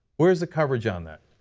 where's the coverage on that?